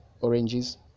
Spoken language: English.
oranges